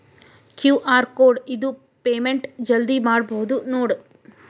QR code ಇದ್ರ payment ಜಲ್ದಿ ಮಾಡಬಹುದು ನೋಡ್